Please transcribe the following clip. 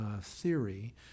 theory